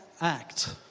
act